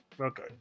Okay